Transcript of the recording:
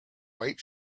white